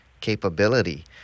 capability